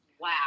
Wow